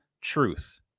truth